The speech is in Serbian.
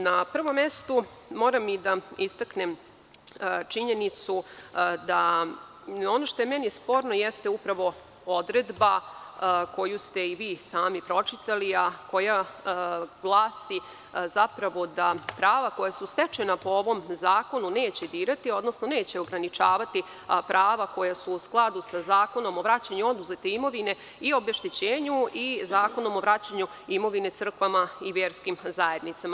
Na prvom mestu, moram i da istaknem činjenicu da ono što je meni sporno, jeste upravo odredba koju ste i vi sami pročitali, a koja glasi zapravo da prava koja su stečena po ovom zakonu neće dirati, odnosno neće ograničavati prava koja su u skladu sa Zakonom o vraćanju oduzete imovine i obeštećenju i Zakonom o vraćanju imovine crkvama i verskim zajednicama.